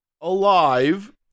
alive